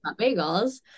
Bagels